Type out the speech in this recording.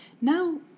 now